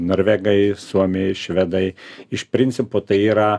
norvegai suomiai švedai iš principo tai yra